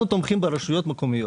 אנחנו תומכים ברשויות המקומיות,